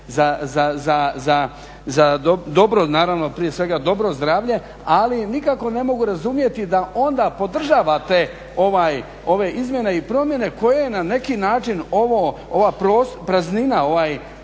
za dobro naravno, prije svega dobro zdravlje, ali nikako ne mogu razumjeti da onda podržavate ove izmjene i promjene koje na neki način ova praznina,